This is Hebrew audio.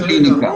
בקליניקה.